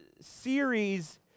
series